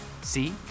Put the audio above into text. See